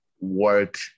work